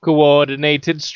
Coordinated